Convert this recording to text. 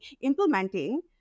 implementing